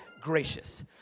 gracious